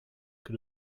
que